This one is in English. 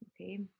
Okay